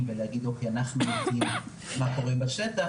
ולהגיד שאנחנו יודעים מה קורה בשטח,